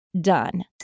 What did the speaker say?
done